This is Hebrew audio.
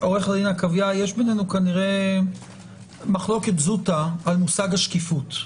יש בינינו מחלוקת זוטא כנראה על מושג השקיפות.